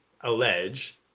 allege